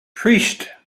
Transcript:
priest